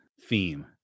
theme